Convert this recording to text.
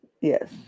Yes